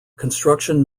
construction